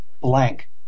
blank